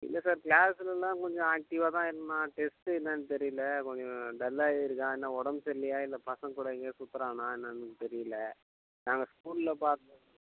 இல்லை சார் க்ளாஸ்லல்லாம் கொஞ்சம் ஆக்ட்டிவாக தான் இருந்தான் டெஸ்ட்டு என்னான்னு தெரியல கொஞ்சம் டல்லாகவே இருக்கான் என்ன உடம்பு சரி இல்லையா இல்லை பசங்கக் கூட எங்கையாவது சுற்றுறானா என்னன்னு தெரியல நாங்கள் ஸ்கூலில் பாக்